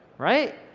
right?